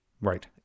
Right